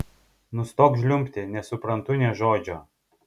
nustok žliumbti nesuprantu nė žodžio